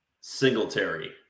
Singletary